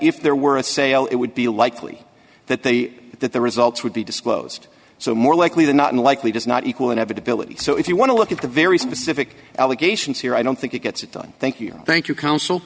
if there were a sale it would be likely that the that the results would be disclosed so more likely than not and likely does not equal inevitability so if you want to look at the very specific allegations here i don't think it gets it done thank you thank you counsel